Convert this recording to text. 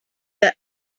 the